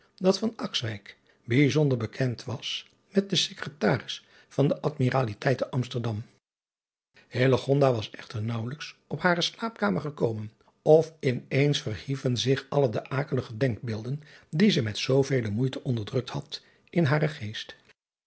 dat bijzonder bekend was met den ecretaris van de dmiraliteit te msterdam was echter naauwelijks op hare slaapkamer gekomen of in eens verhieven zich alle de akelige denkbeelden die zij met zoovele moeite onderdrukt had in haren geest